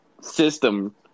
system